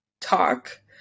talk